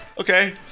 Okay